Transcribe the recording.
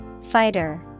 Fighter